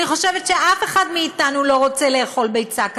אני חושבת שאף אחד מאתנו לא רוצה לאכול ביצה כזו,